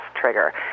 trigger